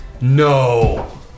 No